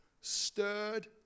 stirred